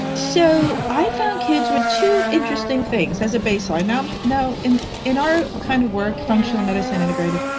so, i found kids with two interesting things as a baseline. um now, in in our kind of work functional medicine, integrative,